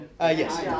Yes